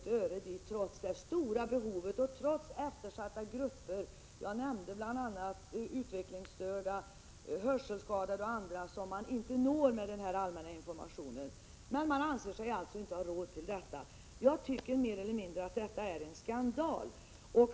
Trots det stora behovet och trots de eftersatta grupper som jag nämnde, bl.a. utvecklingsstörda och hörselskadade, vilka inte nås med den allmänna informationen, anser man sig inte ha råd med detta. Jag tycker att det mer eller mindre är en skandal.